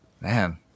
Man